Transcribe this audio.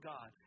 God